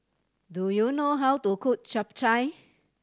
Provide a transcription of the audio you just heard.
do you know how to cook Chap Chai